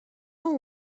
ans